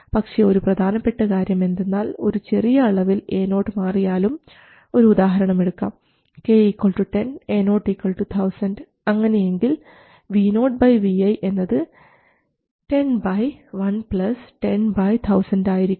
പക്ഷെ ഒരു പ്രധാനപ്പെട്ട കാര്യം എന്തെന്നാൽ ഒരു ചെറിയ അളവിൽ Ao മാറിയാലും ഒരു ഉദാഹരണമെടുക്കാം k10 Ao1000 അങ്ങനെയെങ്കിൽ Vo Vi എന്നത് 10 1 10 1000 ആയിരിക്കും